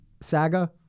saga